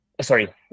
Sorry